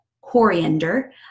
coriander